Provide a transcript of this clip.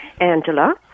Angela